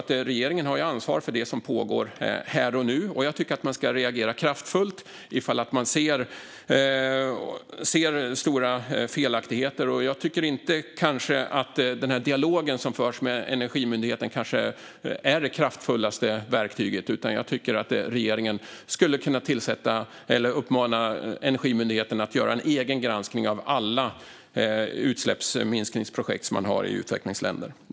Men regeringen har ju ansvar för det som pågår här och nu, och jag tycker att man ska reagera kraftfullt om man ser stora felaktigheter. Jag tycker kanske inte att den dialog som förs med Energimyndigheten är det kraftfullaste verktyget. Regeringen skulle i stället kunna uppmana Energimyndigheten att göra en egen granskning av alla utsläppsminskningsprojekt som man har i utvecklingsländer.